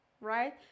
right